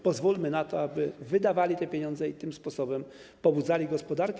Pozwólmy na to, aby wydawali te pieniądze i tym sposobem pobudzali gospodarkę.